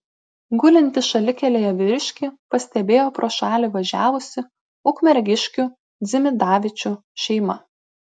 gulintį šalikelėje vyriškį pastebėjo pro šalį važiavusi ukmergiškių dzimidavičių šeima